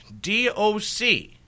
D-O-C